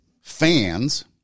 fans